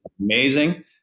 amazing